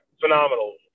phenomenal